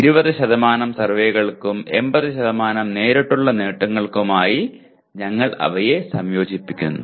20 സർവേകൾക്കും 80 നേരിട്ടുള്ള നേട്ടങ്ങൾക്കുമായി ഞങ്ങൾ അവയെ സംയോജിപ്പിക്കുന്നു